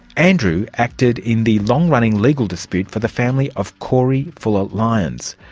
andrew acted in the long-running legal dispute for the family of corey fuller-lyons.